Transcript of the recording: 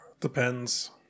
Depends